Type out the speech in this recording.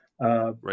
Right